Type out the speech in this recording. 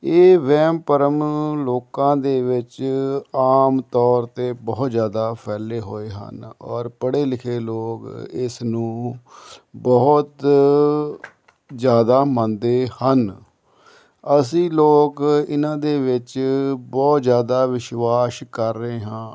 ਇਹ ਵਹਿਮ ਭਰਮ ਲੋਕਾਂ ਦੇ ਵਿੱਚ ਆਮ ਤੌਰ 'ਤੇ ਬਹੁਤ ਜ਼ਿਆਦਾ ਫੈਲੇ ਹੋਏ ਹਨ ਔਰ ਪੜ੍ਹੇ ਲਿਖੇ ਲੋਕ ਇਸ ਨੂੰ ਬਹੁਤ ਜ਼ਿਆਦਾ ਮੰਨਦੇ ਹਨ ਅਸੀਂ ਲੋਕ ਇਹਨਾਂ ਦੇ ਵਿੱਚ ਬਹੁਤ ਜ਼ਿਆਦਾ ਵਿਸ਼ਵਾਸ ਕਰ ਰਹੇ ਹਾਂ